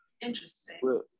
Interesting